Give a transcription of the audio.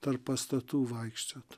tarp pastatų vaikščiot